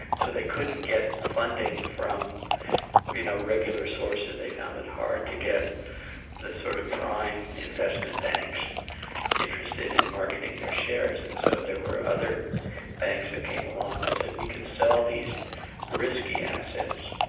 so they couldn't get funding from you know regular sources, they found it hard to get the sort of prime investment banks interested in marketing their shares, and so there were other banks that came along and said we can sell these risky assets,